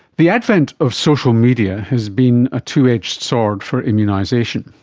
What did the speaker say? the advent of social media has been a two-edged sword for immunisation.